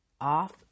off